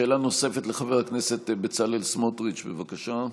שאלה נוספת, לחבר הכנסת בצלאל סמוטריץ', בבקשה.